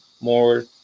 more